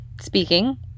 speaking